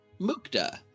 Mukta